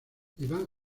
iván